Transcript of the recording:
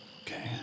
Okay